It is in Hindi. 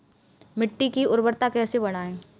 मिट्टी की उर्वरता कैसे बढ़ाएँ?